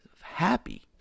happy